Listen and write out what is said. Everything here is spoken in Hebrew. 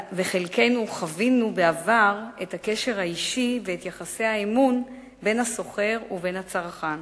וחלקנו חווינו בעבר את הקשר האישי ואת יחסי האמון בין הסוחר ובין הצרכן.